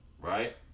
right